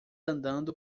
andando